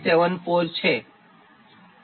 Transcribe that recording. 7874 છે